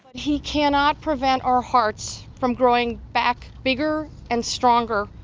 he cannot prevent our hearts from growing back bigger and stronger.